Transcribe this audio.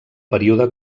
període